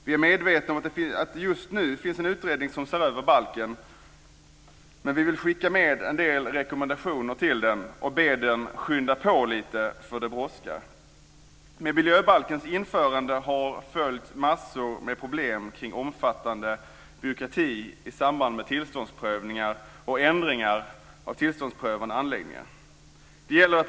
Vi är medvetna om att det just nu finns en utredning som ser över balken, men vi vill skicka med en del rekommendationer till den och be den skynda på lite, för det brådskar. Med miljöbalkens införande har följt massor av problem kring omfattande byråkrati i samband med tillståndsprövningar och ändringar av tillståndsprövade anläggningar.